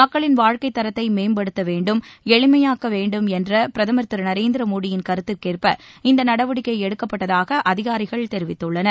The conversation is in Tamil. மக்களின் வாழ்க்கை தரத்தை மேம்படுத்தவேண்டும் எளிமையாக்க வேண்டும் என்ற பிரதமர் திரு நரேந்திர மோடியின் கருத்துக்கேற்ப இந்த நடவடிக்கை எடுக்கப்பட்டதாக அதகாரிகள் தெரிவித்துள்ளனர்